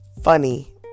funny